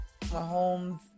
Mahomes